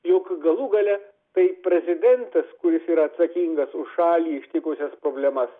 jog galų gale tai prezidentas kuris yra atsakingas už šalį ištikusias problemas